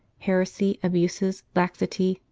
heresy, abuses, laxity,